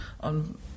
on